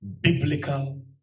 biblical